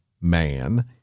man